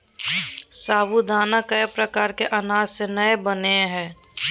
साबूदाना कोय प्रकार के अनाज से नय बनय हइ